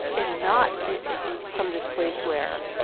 and not from this place where,